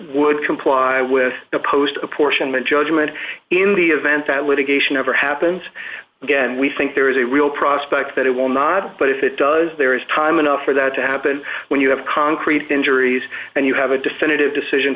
would comply with the post apportionment judgment in the event that litigation ever happens again we think there is a real prospect that it will not but if it does there is time enough for that to happen when you have concrete injuries and you have a definitive decision